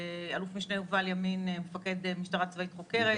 אל"מ יובל יאמין מפקד משטרה צבאית חוקרת,